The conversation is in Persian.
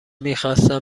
میخواستم